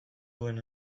duen